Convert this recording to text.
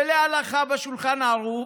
ולהלכה בשולחן ערוך,